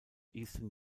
eastern